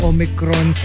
Omicron